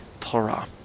Torah